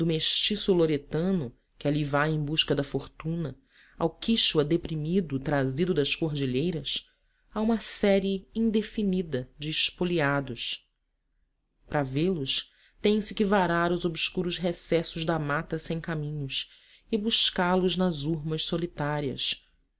loretano que ali vai em busca da fortuna ao quíchua deprimido trazido das cordilheiras há uma série indefinida de espoliados para vê-los tem-se que varar os obscuros recessos da mata sem caminhos e buscá-los nas hurmas solitárias